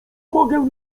mogę